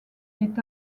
est